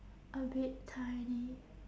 a bit tiny